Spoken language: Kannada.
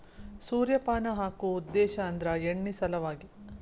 ಸೂರ್ಯಪಾನ ಹಾಕು ಉದ್ದೇಶ ಅಂದ್ರ ಎಣ್ಣಿ ಸಲವಾಗಿ